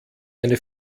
eine